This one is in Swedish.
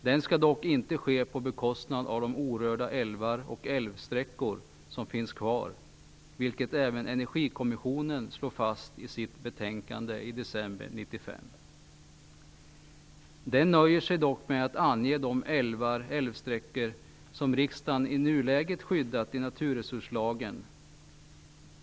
Det skall dock inte ske på bekostnad av de orörda älvar och älvsträckor som finns kvar, vilket även Energikommissionen slår fast i sitt betänkande från december 1995. Den nöjer sig dock med att ange de älvar och älvsträckor som riksdagen i nuläget skyddat i naturresurslagen.